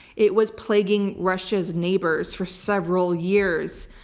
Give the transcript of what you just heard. it was plaguing russia's neighbors for several years.